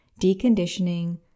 deconditioning